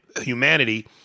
humanity